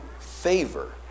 favor